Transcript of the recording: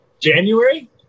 January